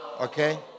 Okay